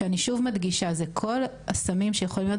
אני שוב מדגישה, זה כל הסמים שיכולים להיות.